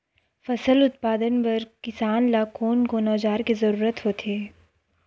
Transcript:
फसल उत्पादन बर किसान ला कोन कोन औजार के जरूरत होथे?